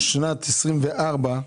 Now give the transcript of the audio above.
שנת 2024,